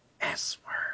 S-word